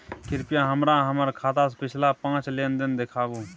कृपया हमरा हमर खाता से पिछला पांच लेन देन देखाबु